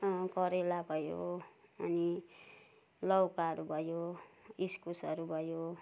करेला भयो अनि लौकाहरू भयो इस्कुसहरू भयो